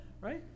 right